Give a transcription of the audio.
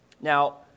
Now